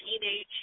teenage